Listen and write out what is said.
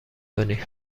کنی